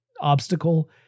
obstacle